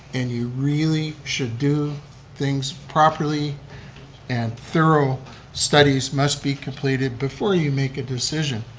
and you really should do things properly and thorough studies must be completed before you make a decision.